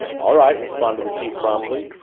all right, responded the chief promptly.